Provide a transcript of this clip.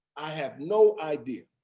i have no idea.